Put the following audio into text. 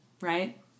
right